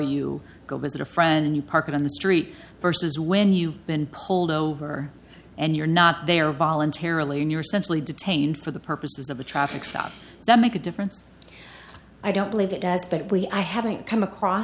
you go visit a friend and you park it on the street versus when you've been pulled over and you're not there voluntarily and you're simply detained for the purposes of a traffic stop that make a difference i don't believe it does but we i haven't come across